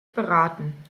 beraten